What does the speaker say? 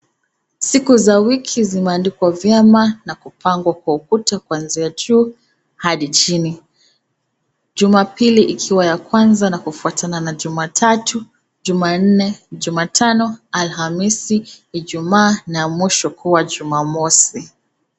Siku za wiki zimeandikwa vyema na kupangwa kwa kuta kuanzia juu hadi chini. juma pili ikiwa ya kwanza na kufwatana na juma tatu, juma nne, juma tano, alhamisi, ijumaa na mwisho kuwa juma mosi.